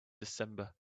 december